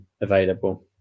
available